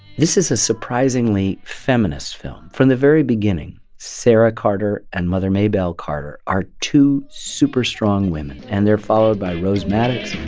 this is a surprisingly feminist film. from the very beginning, sara carter and mother maybelle carter are two super strong women, and they're followed by rose maddox.